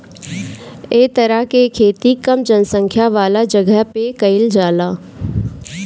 ए तरह के खेती कम जनसंख्या वाला जगह पे कईल जाला